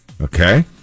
Okay